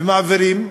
ומעבירים,